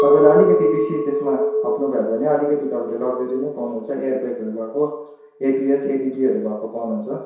तपाईँले अलिकति बेसी त्यसमा थप्नुभयो भने अलिकति तपाईँले लक्जरी नै पाउनुहुन्छ एयरब्यागहरू भएको एबिएस इडिबीहरू भएको पाउनुहुन्छ